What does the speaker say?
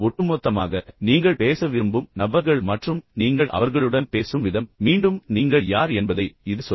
ஒட்டுமொத்தமாக நீங்கள் பேச விரும்பும் நபர்கள் மற்றும் நீங்கள் அவர்களுடன் பேசும் விதம் மீண்டும் நீங்கள் யார் என்பதை இது சொல்லும்